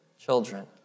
children